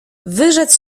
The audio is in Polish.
wyrzec